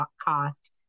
cost